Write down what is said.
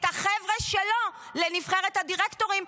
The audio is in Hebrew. את החבר'ה שלו לנבחרת הדירקטורים,